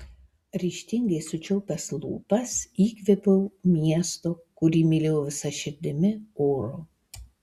ryžtingai sučiaupęs lūpas įkvėpiau miesto kurį mylėjau visa širdimi oro